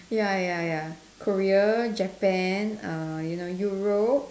ya ya ya Korea Japan uh you know Europe